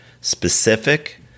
specific